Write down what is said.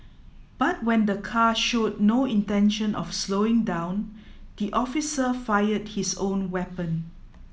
but when the car showed no intention of slowing down the officer fired his own weapon